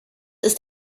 ist